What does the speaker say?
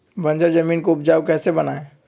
बंजर जमीन को उपजाऊ कैसे बनाय?